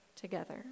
together